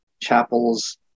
chapels